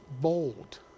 bold